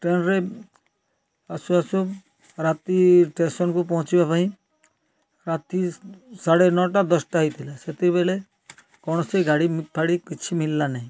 ଟ୍ରେନ୍ରେ ଆସୁ ଆସୁ ରାତି ଷ୍ଟେସନ୍କୁ ପହଞ୍ଚିବାପାଇଁ ରାତି ସାଢ଼େ ନଅଟା ଦଶଟା ହୋଇଥିଲା ସେତିକିବେଳେ କୌଣସି ଗାଡ଼ିଫାଡ଼ି କିଛି ମିଳିଲା ନାହିଁ